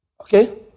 Okay